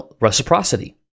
reciprocity